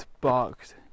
barked